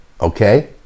okay